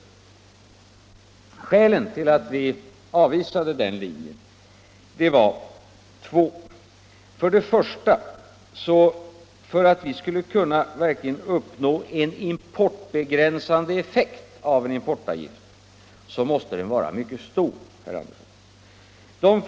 Skälen till att vi avvisade den linjen var två. För det första: För att vi verkligen skulle uppnå en importbegränsande effekt av importavgiften måste den vara mycket stor, herr Andersson.